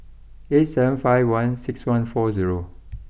eight seven five one six one four zero